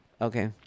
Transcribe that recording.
Okay